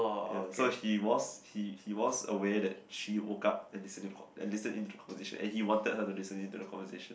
ya so he was he he was aware that she woke up and listen to and listen into the conversation and he wanted her to listen to the conversation